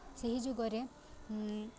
ସେହି ଯୁଗରେ